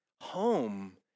Home